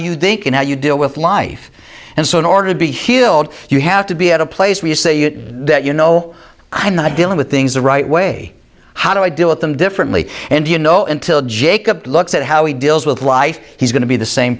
in how you deal with life and so in order to be healed you have to be at a place where you say that you know i'm not dealing with things the right way how do i deal with them differently and you know until jacob looks at how he deals with life he's going to be the same